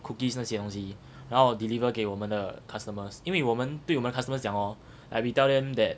cookies 那些东西然后 deliver 给我们的 customers 因为我们对我们 customer 讲 hor like we tell them that